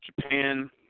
Japan